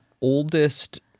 oldest